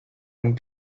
and